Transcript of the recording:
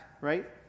right